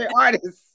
artists